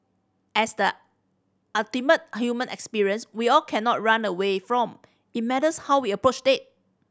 as the human experience we all cannot run away from it matters how we approach death